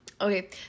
Okay